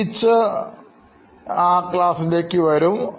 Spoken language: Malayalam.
ടീച്ചർ ക്ലാസിലേക്ക് വരും